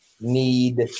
need